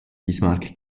bismarck